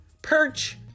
Perch